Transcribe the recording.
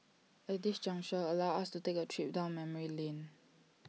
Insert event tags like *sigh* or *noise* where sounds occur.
*noise* at this juncture allow us to take A trip down memory lane